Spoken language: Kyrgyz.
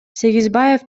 сегизбаев